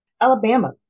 Alabama